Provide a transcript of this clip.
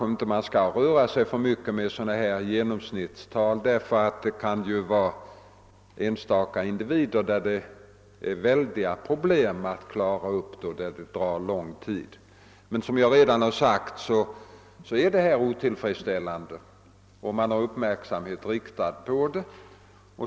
Man skall kanske inte röra sig för mycket med sådana genomsnittstal; det kan ju finnas enstaka individer som vållar väldiga problem som det drar ut på tiden att klara ut. Men — och det har jag redan tidigare sagt — förhållandena är otillfredsställande, och man har uppmärksamheten riktad på dem.